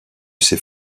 ces